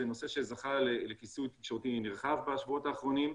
זה נושא שזכה לכיסוי תקשורתי רחב בשבועות האחרונים.